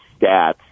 stats